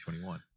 2021